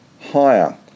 higher